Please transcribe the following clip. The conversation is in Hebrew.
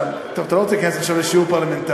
טוב, אתה לא רוצה להיכנס עכשיו לשיעור פרלמנטרי.